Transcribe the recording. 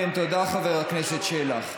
כן, תודה, חבר הכנסת שלח.